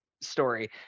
story